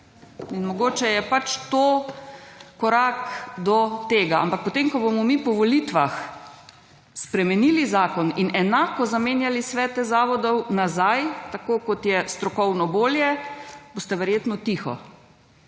In mogoče je to korak do tega. Ampak potem, ko bomo mi po volitvah spremenili zakon in enako zamenjali svete zavodov nazaj, tako kot je strokovno bolje, boste verjetno tiho